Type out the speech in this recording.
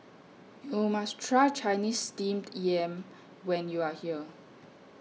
YOU must Try Chinese Steamed Yam when YOU Are here